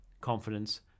confidence